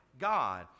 God